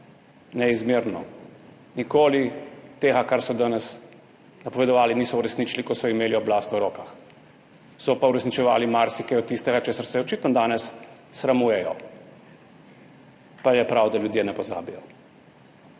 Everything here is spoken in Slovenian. neizmerno, nikoli tega, kar so danes napovedovali, niso uresničili, ko so imeli oblast v rokah. So pa uresničevali marsikaj od tistega, česar se očitno danes sramujejo. Pa je prav, da ljudje ne pozabijo.